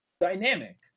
dynamic